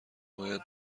باید